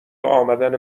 امدن